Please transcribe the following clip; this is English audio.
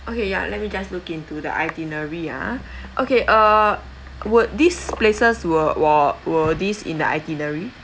okay ya let me just look into the itinerary ah okay uh would these places were was was this in the itinerary